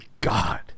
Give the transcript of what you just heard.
God